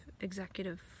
executive